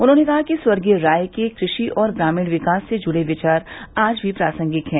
उन्होंने कहा कि स्वर्गीय राय के कृषि और ग्रामीण विकास से जुड़े विचार आज भी प्रासंगिक हैं